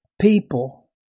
people